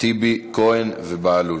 טיבי, כהן, בהלול.